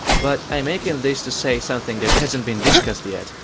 but i am making this to say something that hasn't been discussed yet.